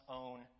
own